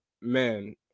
man